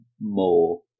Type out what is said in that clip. more